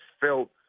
felt